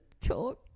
talk